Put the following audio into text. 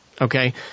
okay